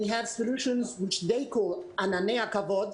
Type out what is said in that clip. יש לנו פתרון שהם קוראים לו "ענני הכבוד",